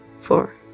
four